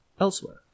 elsewhere